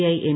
I M